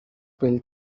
pill